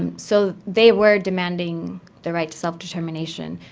um so they were demanding the right to self-determination.